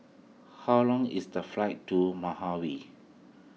how long is the flight to